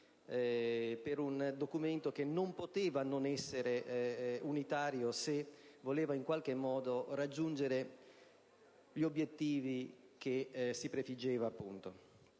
per un documento che non poteva non essere unitario se voleva in qualche modo raggiungere gli obiettivi che si prefiggeva.